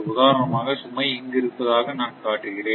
உதாரணமாக சுமை இங்கு இருப்பதாக நான் காட்டுகிறேன்